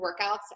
workouts